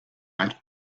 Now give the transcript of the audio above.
fight